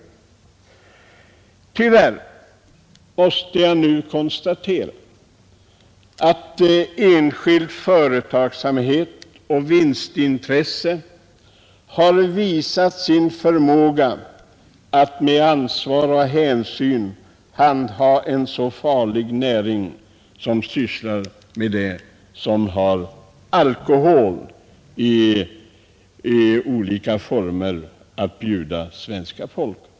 Tyvärr måste jag nu konstatera att företrädarna för enskild företagsamhet och enskilt vinstintresse har visat sin oförmåga att med ansvar och hänsyn sköta en så farlig näring som den som i olika former bjuder ut alkohol åt svenska folket.